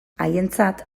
haientzat